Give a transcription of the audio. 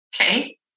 Okay